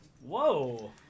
Whoa